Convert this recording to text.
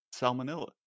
salmonella